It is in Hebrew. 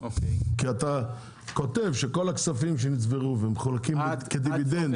כי אתה כותב שכל הכספים שנצברו ומחולקים כדיבידנד.